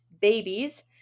babies